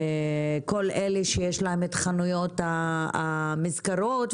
כל אלה שיש להם חנויות מזכרות,